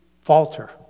falter